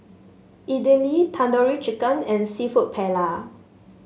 Idili Tandoori Chicken and seafood Paella